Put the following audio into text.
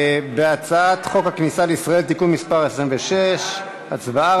על הצעת חוק הכניסה לישראל (תיקון מס' 26). הצבעה,